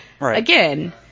again